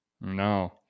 No